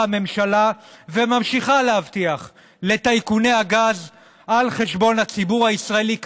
הממשלה וממשיכה להבטיח לטייקוני הגז על חשבון הציבור הישראלי,